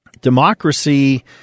Democracy